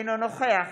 אינו נוכח